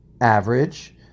average